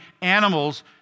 animals